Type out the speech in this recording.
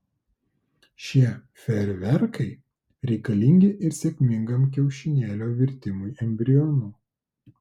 šie fejerverkai reikalingi ir sėkmingam kiaušinėlio virtimui embrionu